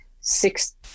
six